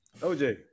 OJ